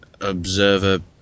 Observer